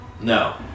No